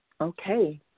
Okay